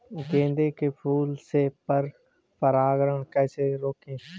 गेंदे के फूल से पर परागण कैसे रोकें?